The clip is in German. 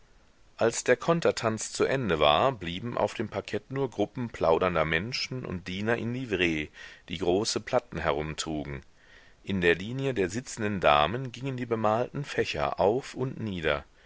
als der kontertanz zu ende war blieben auf dem parkett nur gruppen plaudernder menschen und diener in livree die große platten herumtrugen in der linie der sitzenden damen gingen die bemalten fächer auf und nieder